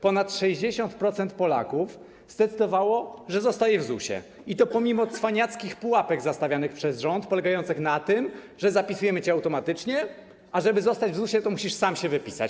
Ponad 60% Polaków zdecydowało, że zostaje w ZUS-ie, i to pomimo cwaniackich pułapek zastawianych przez rząd, polegających na tym, że jesteś zapisywany automatycznie, a żeby zostać w ZUS-ie, musisz się sam wypisać.